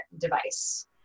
device